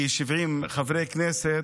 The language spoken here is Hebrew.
כ-70 חברי כנסת,